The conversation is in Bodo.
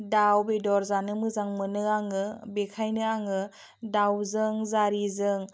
दाउ बेदर जानो मोजां मोनो आङो बेखायनो आङो दाउजों जारिजों